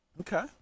Okay